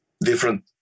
different